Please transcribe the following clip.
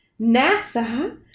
NASA